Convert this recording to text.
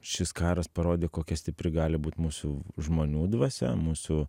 šis karas parodė kokia stipri gali būt mūsų žmonių dvasia mūsų